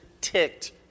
ticked